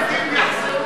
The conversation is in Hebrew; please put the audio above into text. הפליטים יחזרו,